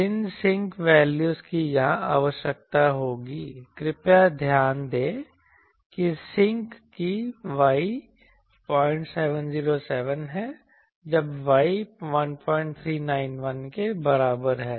जिन Sinc values की यहाँ आवश्यकता होगी कृपया ध्यान दें कि Sinc की Y 0707 है जब Y 1391 के बराबर है